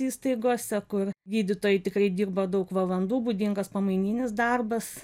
įstaigose kur gydytojai tikrai dirba daug valandų būdingas pamaininis darbas